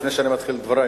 לפני שאני מתחיל את דברי,